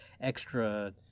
extra